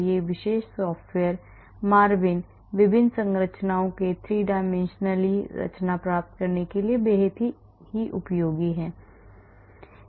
इसलिए इस विशेष सॉफ्टवेयर MARVIN विभिन्न संरचनाओं के 3 dimensionally रचना प्राप्त करने के लिए बेहद उपयोगी है